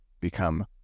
become